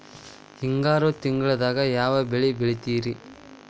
ಹಿಂಗಾರು ತಿಂಗಳದಾಗ ಯಾವ ಬೆಳೆ ಬೆಳಿತಿರಿ?